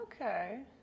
Okay